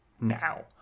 now